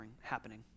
happening